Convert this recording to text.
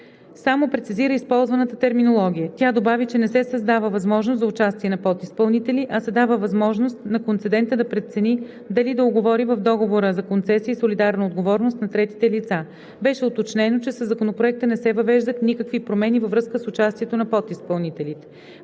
само прецизира използваната терминология. Тя добави, че не се създава възможност за участие на подизпълнители, а се дава възможност на концедента да прецени дали да уговори в договора за концесии солидарна отговорност на третите лица. Беше уточнено, че със Законопроекта не се въвеждат никакви промени във връзка с участието на подизпълнителите.